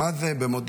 מה זה במודיע,